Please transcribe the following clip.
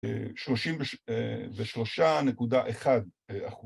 שלושה ושלושה נקודה אחד אחוז.